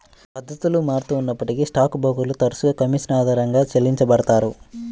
పద్ధతులు మారుతూ ఉన్నప్పటికీ స్టాక్ బ్రోకర్లు తరచుగా కమీషన్ ఆధారంగా చెల్లించబడతారు